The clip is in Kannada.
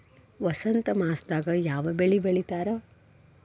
ವಸಂತ ಮಾಸದಾಗ್ ಯಾವ ಬೆಳಿ ಬೆಳಿತಾರ?